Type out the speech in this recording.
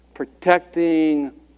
protecting